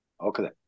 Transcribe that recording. Okay